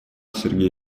сергей